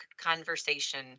conversation